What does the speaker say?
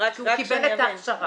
הוא קיבל את ההכשרה.